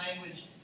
language